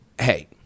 hey